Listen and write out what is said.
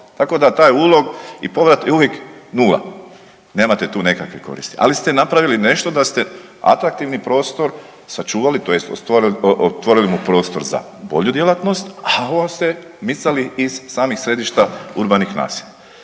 tako da taj ulog i povrat je uvijek 0. Nemate tu nekakve koristi, ali ste napravili nešto da ste atraktivni prostor sačuvali tj. otvorili mu prostor za bolju djelatnost, a on se micali iz samih središta urbanih naselja.